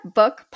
book